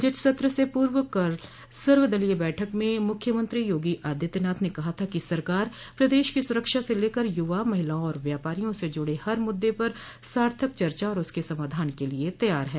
budget सत्र से पूर्व कल सर्वदलीय बैठक में मुख्यमंत्री योगी आदित्यनाथ ने कहा था कि सरकार प्रदेश की सुरक्षा से लेकर यूवा महिलाओं एवं व्यापारियों से जुड हर मुद्दों पर सार्थक चर्चा और उसके समाधान के लिए तैयार हैं